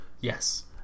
yes